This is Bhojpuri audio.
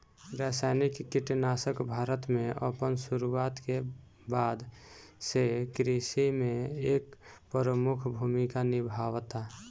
रासायनिक कीटनाशक भारत में अपन शुरुआत के बाद से कृषि में एक प्रमुख भूमिका निभावता